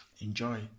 enjoy